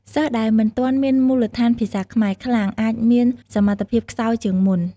សិស្សដែលមិនទាន់មានមូលដ្ឋានភាសាខ្មែរខ្លាំង អាចមានសម្ថភាពខ្សោយជាងមុន។